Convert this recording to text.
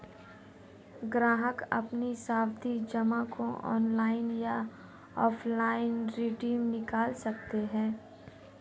ग्राहक अपनी सावधि जमा को ऑनलाइन या ऑफलाइन रिडीम निकाल सकते है